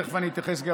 תכף אני אתייחס גם